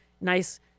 nice